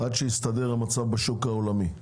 עד שיסתדר המצב בשוק העולמי.